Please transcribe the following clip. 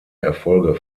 erfolge